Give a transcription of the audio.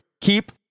keep